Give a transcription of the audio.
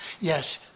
yes